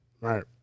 Right